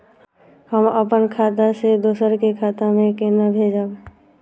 हम आपन खाता से दोहरा के खाता में केना भेजब?